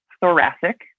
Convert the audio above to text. thoracic